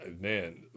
man